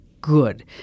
good